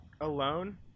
alone